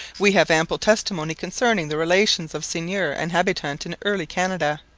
we have ample testimony concerning the relations of seigneur and habitant in early canada,